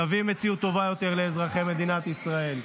יביא מציאות טובה יותר לאזרחי מדינת ישראל.